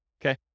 okay